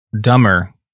dumber